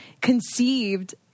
conceived